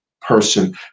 person